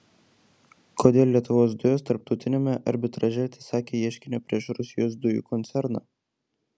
kodėl lietuvos dujos tarptautiniame arbitraže atsisakė ieškinio prieš rusijos dujų koncerną